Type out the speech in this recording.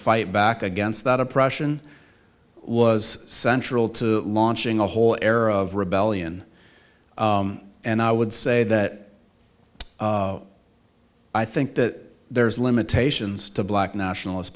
fight back against that oppression was central to launching a whole era of rebellion and i would say that i think that there's limitations to black nationalis